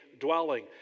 dwelling